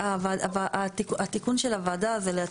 יש פה עניין חשוב.